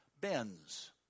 bends